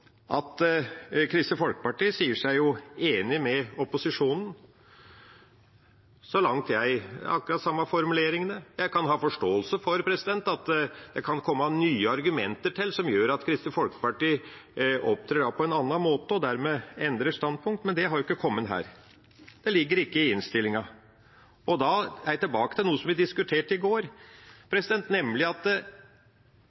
akkurat de samme formuleringene. Jeg kan ha forståelse for at det kan komme nye argumenter til som gjør at Kristelig Folkeparti opptrer på en annen måte og dermed endrer standpunkt, men det har jo ikke kommet her. Det ligger ikke i innstillinga. Da er jeg tilbake til noe som vi diskuterte i går,